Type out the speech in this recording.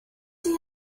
you